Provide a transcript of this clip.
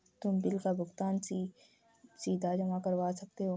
तुम बिल का भुगतान भी सीधा जमा करवा सकते हो